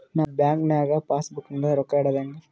ನಾ ಬ್ಯಾಂಕ್ ನಾಗ passbook ನಲ್ಲಿ ರೊಕ್ಕ ಇಡುದು ಹ್ಯಾಂಗ್?